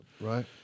Right